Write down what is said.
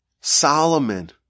Solomon